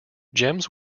gems